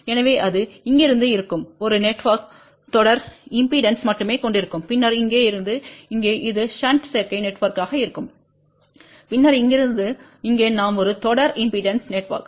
எனவே இது இங்கிருந்து இருக்கும் ஒரு நெட்வொர்க் தொடர் இம்பெடன்ஸ் மட்டுமே கொண்டிருக்கும் பின்னர் இங்கே இருந்து இங்கே அது ஷன்ட் சேர்க்கை நெட்வொர்க்காக இருக்கும் பின்னர் இங்கிருந்து இங்கே நாம் ஒரு தொடர் இம்பெடன்ஸ் நெட்வொர்க்